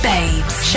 Babes